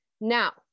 Now